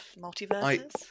multiverses